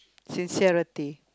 sincerity